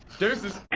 deuces.